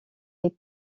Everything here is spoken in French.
mais